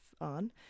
on